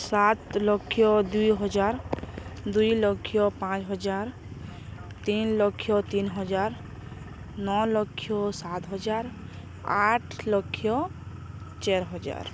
ସାତ୍ ଲକ୍ଷ ଦୁଇ ହଜାର୍ ଦୁଇ ଲକ୍ଷ ପାଞ୍ଚ୍ ହଜାର୍ ତିନ୍ ଲକ୍ଷ ତିନ୍ ହଜାର୍ ନଅ ଲକ୍ଷ ସାତ୍ ହଜାର୍ ଆଠ୍ ଲକ୍ଷ ଚାଏର୍ ହଜାର୍